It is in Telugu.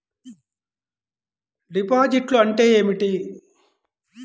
డిపాజిట్లు అంటే ఏమిటి?